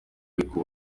ariko